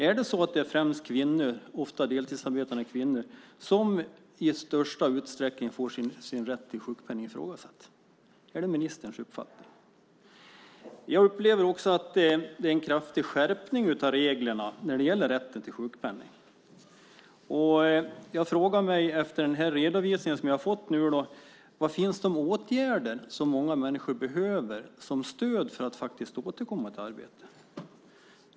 Är det främst kvinnor, ofta deltidsarbetande, som i största utsträckning får sin rätt till sjukpenning ifrågasatt? Är det ministerns uppfattning? Jag upplever också att det är en kraftig skärpning av reglerna när det gäller rätten till sjukpenning. Jag frågar mig efter den redovisning som jag nu fått: Var finns de åtgärder som många människor behöver som stöd för att faktiskt återkomma till arbete?